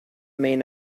main